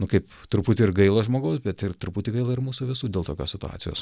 nu kaip truputį ir gaila žmogaus bet ir truputį gaila ir mūsų visų dėl tokios situacijos